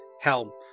Hell